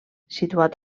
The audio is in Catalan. situat